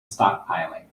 stockpiling